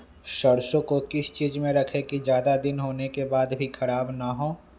सरसो को किस चीज में रखे की ज्यादा दिन होने के बाद भी ख़राब ना हो?